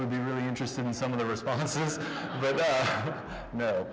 would be really interested in some of the responses